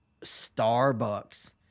Starbucks